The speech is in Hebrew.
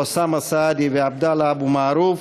אוסאמה סעדי ועבדאללה אבו מערוף,